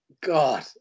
God